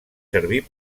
servir